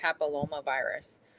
papillomavirus